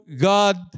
God